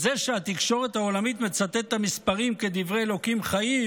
זה שהתקשורת העולמית מצטטת את המספרים כדברי אלוקים חיים,